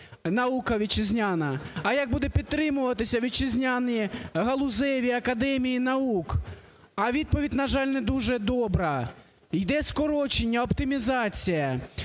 наука вітчизняна, а як будуть підтримуватися вітчизняні галузеві академії наук. А відповідь, на жаль, не дуже добра: іде скорочення, оптимізація,